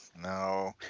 No